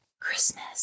Christmas